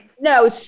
No